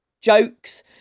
jokes